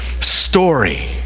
story